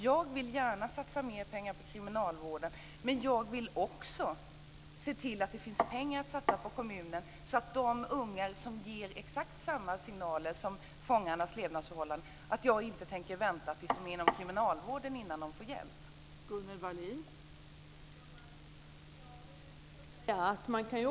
Jag vill gärna satsa mer pengar på kriminalvården, men jag vill också se till att det finns pengar att satsa på kommunen och de unga som ger exakt samma signaler som när det gäller fångarnas levnadsförhållanden.